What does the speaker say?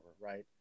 right